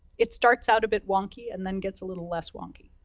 it starts out a bit wonky, and then gets a little less wonky.